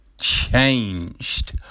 changed